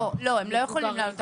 לא, הם לא יכולים לעלות על רמפה.